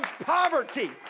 poverty